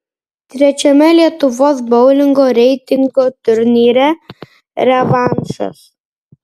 trečiame lietuvos boulingo reitingo turnyre revanšas